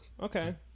Okay